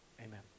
Amen